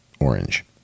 orange